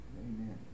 Amen